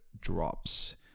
drops